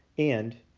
and,